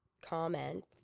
comment